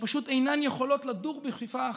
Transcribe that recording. שפשוט אינן יכולות לדור בכפיפה אחת,